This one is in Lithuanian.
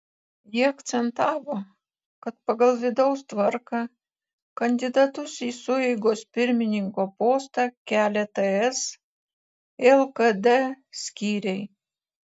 ji akcentavo kad pagal vidaus tvarką kandidatus į sueigos pirmininko postą kelia ts lkd skyriai